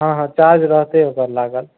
हँ हँ चार्ज रहतै ओकर लागल